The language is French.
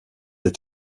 est